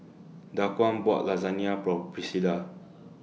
Daquan bought Lasagna For Priscila